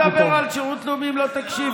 אני לא אדבר על שירות לאומי אם לא תקשיבי.